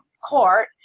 court